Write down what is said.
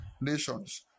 nations